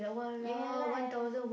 ya lah ya lah